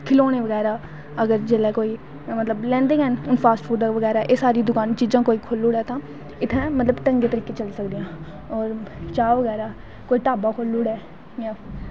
खलौनें बगैरा अगर जिसलै कोई मतलव लैंदे गै न फास्टफूड़ बगैरा एह् सब चीजां कोई खोली ओड़ै तां इत्थें मतलव ढंगे तरीके दियां चली सकदियां और च्हा बगैरा कोई ढांबा खोली ओड़ै